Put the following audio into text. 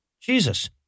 Jesus